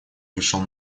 вышел